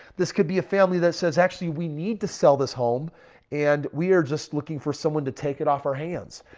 this could be a family that says actually, we need to sell this home and we are just looking for someone to take it off our hands.